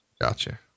Gotcha